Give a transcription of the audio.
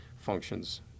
functions